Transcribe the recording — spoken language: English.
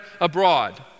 abroad